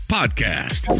podcast